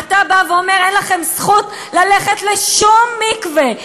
אתה בא ואומר: אין לכם זכות ללכת לשום מקווה.